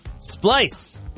Splice